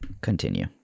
Continue